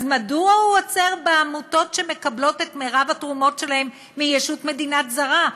אז מדוע הוא עוצר בעמותות שמקבלות את מרבית התרומות שלהן ממדינה זרה?